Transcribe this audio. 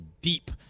deep